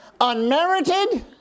Unmerited